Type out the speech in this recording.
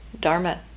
dharma